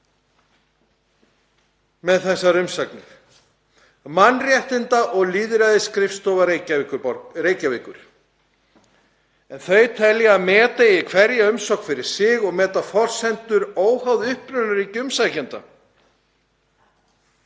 með þessar umsagnir. Mannréttinda- og lýðræðisskrifstofa Reykjavíkur, þau telja að meta eigi hverja umsókn fyrir sig og meta forsendur óháð upprunaríki umsækjenda.